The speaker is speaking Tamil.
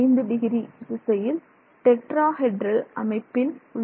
5º திசையில் டெட்ரா ஹெட்ரல் அமைப்பில் உள்ளது